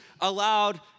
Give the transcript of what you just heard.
allowed